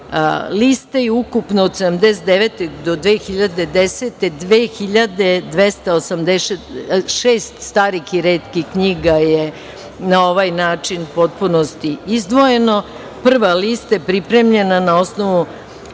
liste i ukupno od 1979. do 2010. godine 2.286 starih i retkih knjiga je na ovaj način u potpunosti izdvojeno. Prva lista je pripremljena na osnovu